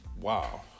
wow